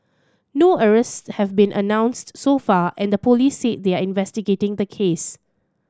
no arrests have been announced so far and the police said they are investigating the case